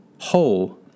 whole